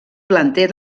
planter